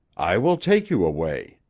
i will take you away.